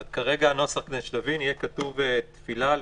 אז כרגע בנוסח יהיה כתוב "הלוויה,